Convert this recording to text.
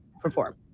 perform